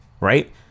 right